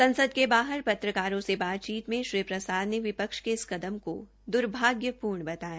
संसद के बाहर पत्रकारों से बातचीत में श्री प्रसाद ने विपक्ष के इस कदम को दुर्भाग्यपूर्ण बताया